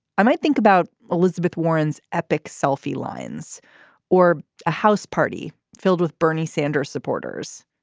i might think about elizabeth warren's epic selfie lines or a house party filled with bernie sanders supporters.